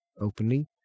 openly